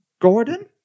Gordon